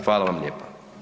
Hvala vam lijepa.